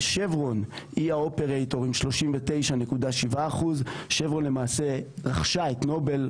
שברון היא המפעיל עם 39.7%. שברון למעשה רכשה את נובל,